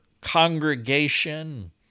congregation